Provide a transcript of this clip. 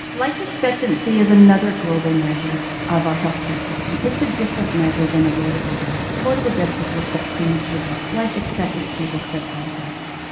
life expectancy is another global measure of our healthcare system. it's a different measure than avoidable deaths. avoidable deaths just looks at premature deaths, life expectancy looks at all deaths,